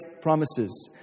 promises